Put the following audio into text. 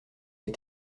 est